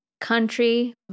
country